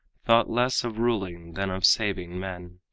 thought less of ruling than of saving men.